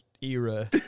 era